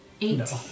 Eight